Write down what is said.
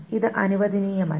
ഇത് അനുവദനീയമല്ല